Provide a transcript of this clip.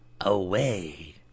away